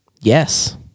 Yes